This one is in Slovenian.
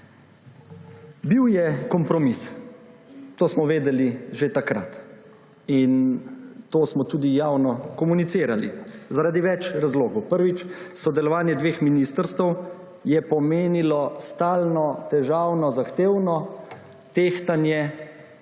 Bil je kompromis, to smo vedeli že takrat, in to smo tudi javno komunicirali zaradi več razlogov. Prvič, sodelovanje dveh ministrstev je pomenilo stalno težavno zahtevno tehtanje